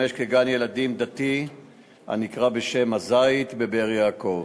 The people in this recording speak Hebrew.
כגן-ילדים דתי הנקרא בשם "הזית" בבאר-יעקב.